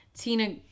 Tina